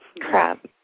Crap